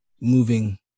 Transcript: moving